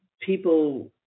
people